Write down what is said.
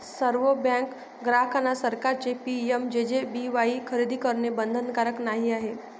सर्व बँक ग्राहकांना सरकारचे पी.एम.जे.जे.बी.वाई खरेदी करणे बंधनकारक नाही आहे